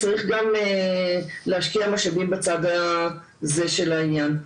צריך גם להשקיע משאבים בצד הזה של העניין.